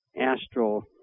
astral